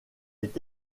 est